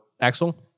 Axel